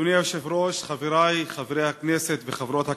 אדוני היושב-ראש, חברי חברי הכנסת וחברות הכנסת,